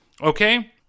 Okay